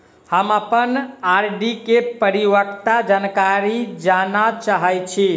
हम अप्पन आर.डी केँ परिपक्वता जानकारी जानऽ चाहै छी